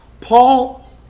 Paul